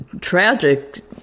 tragic